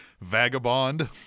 vagabond